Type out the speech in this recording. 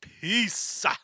Peace